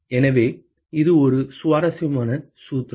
எனவே இது ஒரு சுவாரஸ்யமான சூத்திரம்